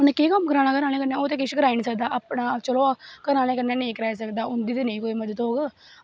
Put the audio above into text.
उ'नें केह् कम्म कराना घरे आह्लैं कन्नै ओह् ते किश कराई निं सकदा अपना चलो घरे आह्लें कन्नै नेईं कराई सकदा उं'दी ते कोई नेईं मदद होग